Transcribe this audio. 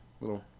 little